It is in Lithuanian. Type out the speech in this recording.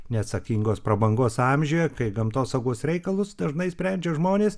neatsakingos prabangos amžiuje kai gamtosaugos reikalus dažnai sprendžia žmonės